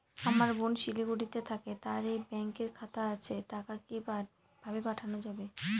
আমার বোন শিলিগুড়িতে থাকে তার এই ব্যঙকের খাতা আছে টাকা কি ভাবে পাঠানো যাবে?